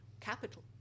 capital